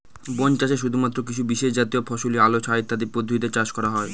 বন চাষে শুধুমাত্র কিছু বিশেষজাতীয় ফসলই আলো ছায়া ইত্যাদি পদ্ধতিতে চাষ করা হয়